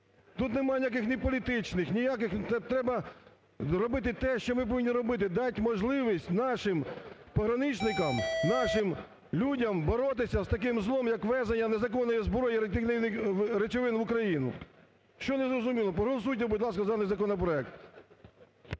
Тут немає ніяких ні політичних, ніяких… Треба робити те, що ми повинні робити, дати можливість нашим пограничникам, нашим людям боротися з таким злом як ввезення незаконної зброї і реактивних речовин в Україну. Що не зрозуміло? Проголосуйте, будь ласка, за даний законопроект.